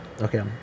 Okay